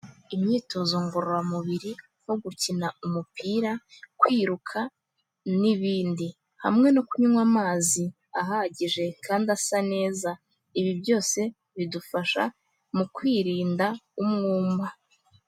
Imyitozo ngororamubiri nko gukina umupira, kwiruka, n'ibindi. Hamwe no kunywa amazi ahagije, kandi asa neza; ibi byose bidufasha mu kwirinda umwuma.